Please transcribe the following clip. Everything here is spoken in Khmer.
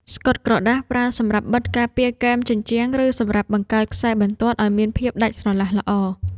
ស្កុតក្រដាស ប្រើសម្រាប់បិទការពារគែមជញ្ជាំង ឬសម្រាប់បង្កើតខ្សែបន្ទាត់ឱ្យមានភាពដាច់ស្រឡះល្អ។